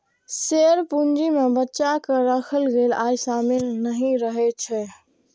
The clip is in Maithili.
शेयर पूंजी मे बचा कें राखल गेल आय शामिल नहि रहै छै